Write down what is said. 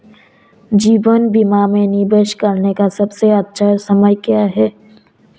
जीवन बीमा में निवेश करने का सबसे अच्छा समय क्या है?